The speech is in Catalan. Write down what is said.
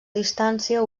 distància